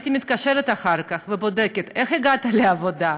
הייתי מתקשרת אחר כך ובודקת: איך הגעת לעבודה?